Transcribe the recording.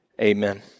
Amen